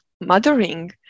mothering